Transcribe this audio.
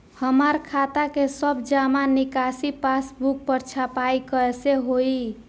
हमार खाता के सब जमा निकासी पासबुक पर छपाई कैसे होई?